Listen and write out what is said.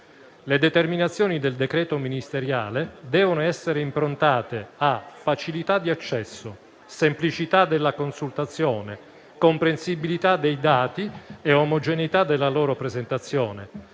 Le determinazioni del decreto ministeriale devono essere improntate a: facilità di accesso, semplicità della consultazione, comprensibilità dei dati e omogeneità della loro presentazione,